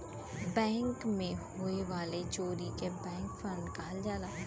बैंकन मे होए वाले चोरी के बैंक फ्राड कहल जाला